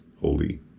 holy